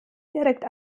direkt